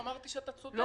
אמרתי שאתה צודק.